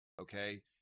okay